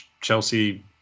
Chelsea